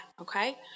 okay